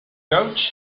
gotcha